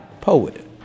poet